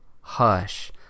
Hush